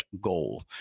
goal